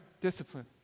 Discipline